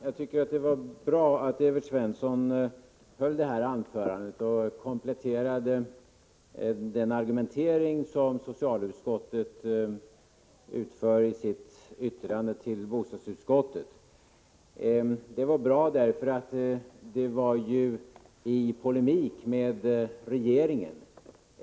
Herr talman! Det var bra att Evert Svensson höll detta anförande och kompletterade socialutskottets argumentering i yttrandet till bostadsutskottet. Det var bra därför att det var i polemik med regeringen.